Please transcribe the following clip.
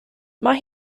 mae